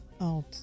out